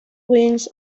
wings